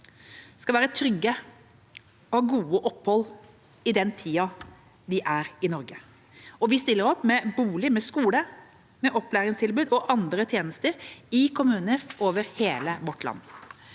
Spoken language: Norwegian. skal være trygge og ha et godt opphold i den tida de er i Norge. Vi stiller opp med bolig, skole, opplæringstilbud og andre tjenester i kommuner over hele vårt land.